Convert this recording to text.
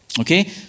Okay